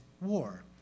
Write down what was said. war